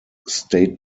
state